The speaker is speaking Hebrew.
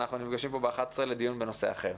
אנחנו נפגשים פה ב-11:00 לדיון בנושא אחר.